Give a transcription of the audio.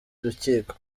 rukiko